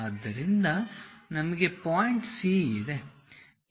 ಆದ್ದರಿಂದ ನಮಗೆ point C ಇದೆ